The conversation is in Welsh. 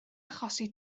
achosi